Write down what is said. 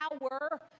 power